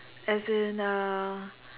as in uh